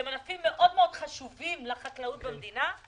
שהם ענפים מאוד מאוד חשובים לחקלאות במדינה,